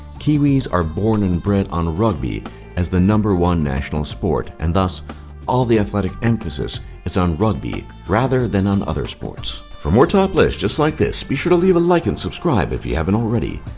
kiwis are born and bred on rugby as the number one national sport, and thus all the athletic emphasis is on rugby rather than on other sports. for more top lists just like this, be sure to leave a like and subscribe if you haven't already,